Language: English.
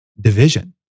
division